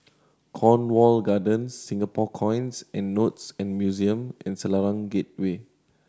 Cornwall Gardens Singapore Coins and Notes and Museum and Selarang Get Way